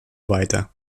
weiter